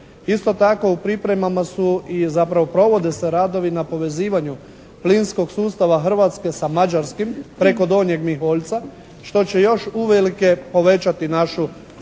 Isto tako u pripremama su i zapravo provode se radovi na povezivanju plinskog sustava Hrvatske sa mađarskim preko Donjeg Miholjca što će još uvelike povećati našu energetsku